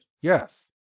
yes